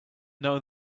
know